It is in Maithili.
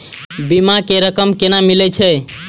बीमा के रकम केना मिले छै?